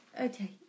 Okay